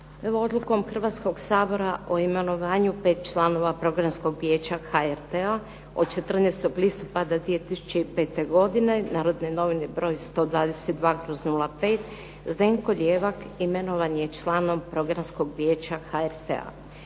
odlukom Hrvatskog sabora o imenovanju 5 članova Programskog vijeća HRT-a od 14. listopada 2005. godine "Narodne novine" broj 122/05. Zdenko Lijevak imenovan je članom Programskog vijeća HRT-a.